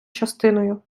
частиною